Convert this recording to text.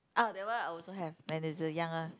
ah that one I also have when is uh young